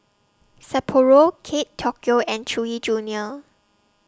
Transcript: Sapporo Kate Tokyo and Chewy Junior